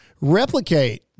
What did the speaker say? replicate